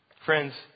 friends